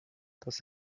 das